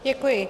Děkuji.